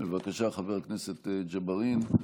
בבקשה, חבר הכנסת ג'בארין.